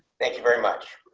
thank you very much.